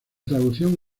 traducción